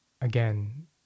again